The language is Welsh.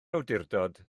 awdurdod